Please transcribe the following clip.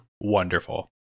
wonderful